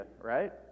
right